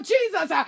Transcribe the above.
Jesus